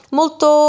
molto